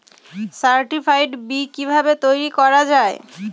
Certified B কিভাবে তৈরি করা যায়?